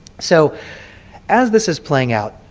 so as this is playing out,